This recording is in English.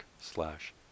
slash